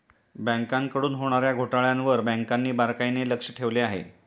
बँकांकडून होणार्या घोटाळ्यांवर बँकांनी बारकाईने लक्ष ठेवले आहे